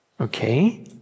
Okay